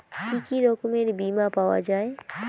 কি কি রকমের বিমা পাওয়া য়ায়?